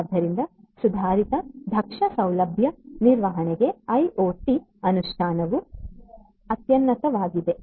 ಆದ್ದರಿಂದ ಸುಧಾರಿತ ದಕ್ಷ ಸೌಲಭ್ಯ ನಿರ್ವಹಣೆಗೆ ಐಒಟಿ ಅನುಷ್ಠಾನವು ಅತ್ಯುನ್ನತವಾಗಿದೆ